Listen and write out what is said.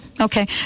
Okay